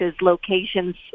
locations